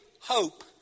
hope